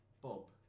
Bob